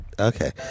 Okay